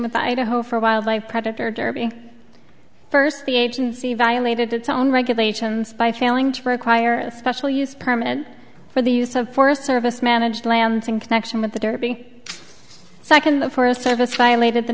with the idaho for wildlife predator derby first the agency violated its own regulations by failing to require special use permit for the use of forest service managed lands in connection with the derby so i can the forest service violated the